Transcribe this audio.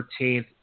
13th